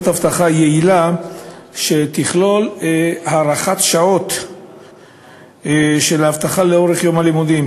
אבטחה יעילה שתכלול הארכת שעות האבטחה בכל יום הלימודים,